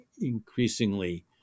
increasingly